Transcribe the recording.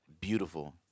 beautiful